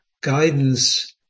guidance